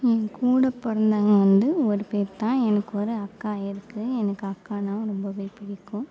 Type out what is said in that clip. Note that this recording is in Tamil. என் கூட பிறந்தவங்க வந்து ஒரு பேருதான் எனக்கு ஒரு அக்கா இருக்கு எனக்கு அக்கானால் ரொம்பவே பிடிக்கும்